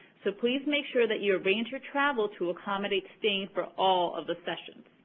so please make sure that you arrange your travel to accommodate staying for all of the sessions.